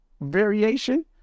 variation